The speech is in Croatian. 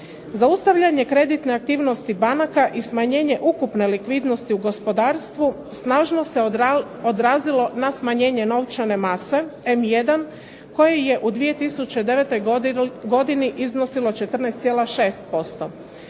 Zaustavljanje kreditne aktivnosti banaka i smanjenje ukupne likvidnosti u gospodarstvu snažno se odrazilo na smanjenje novčane mase M1 koje je u 2009. godini iznosilo 14,6%.